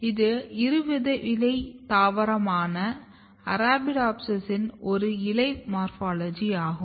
இது இருவிதையிலைத் தாவரமான அரபிடோப்சிஸின் ஒரு இலை மார்போலாஜி ஆகும்